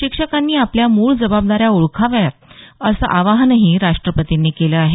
शिक्षकांनी आपल्या मूळ जबाबदाऱ्या ओळखाव्यात असं आवाहनही राष्ट्रपतींनी केलं आहे